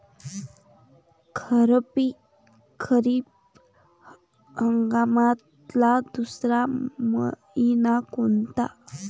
खरीप हंगामातला दुसरा मइना कोनता?